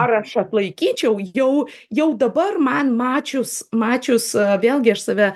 ar aš atlaikyčiau jau jau dabar man mačius mačius vėlgi aš save